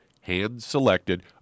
hand-selected